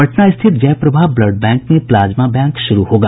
पटना स्थित Jayaprabha blood bank में plasma bank शुरू होगा